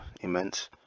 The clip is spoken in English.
immense